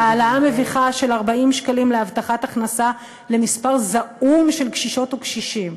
העלאה מביכה של 40 שקלים בהבטחת הכנסה למספר זעום של קשישות וקשישים.